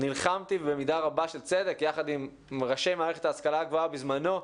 נלחמתי ובמידה רבה של צדק יחד עם ראשי מערכת ההשכלה הגבוהה בזמנו,